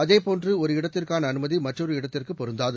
அதே போன்று ஒரு இடத்திற்கான அனுமதி மற்றொரு இடத்திற்கு பொருந்தாது